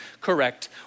correct